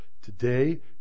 Today